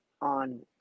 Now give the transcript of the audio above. on